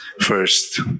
first